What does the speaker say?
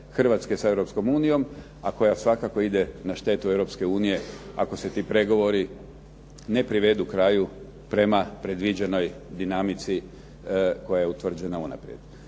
Hrvatske s Europskom unijom, a koja svakako ide na štetu Europske unije ako se ti pregovori ne privedu kraju prema predviđenoj dinamici koja je utvrđena unaprijed.